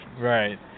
Right